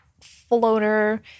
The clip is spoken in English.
floater